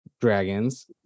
dragons